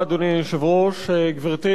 גברתי שרת התרבות,